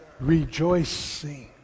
Rejoicing